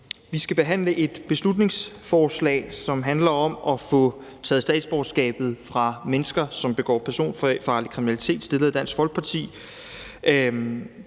Vi skal behandle et beslutningsforslag, som handler om at få taget statsborgerskabet fra mennesker, som begår personfarlig kriminalitet, og det er stillet af Dansk Folkeparti.